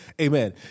Amen